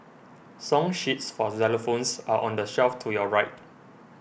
song sheets for xylophones are on the shelf to your right